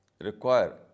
require